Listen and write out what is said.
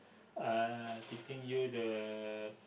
uh teaching you the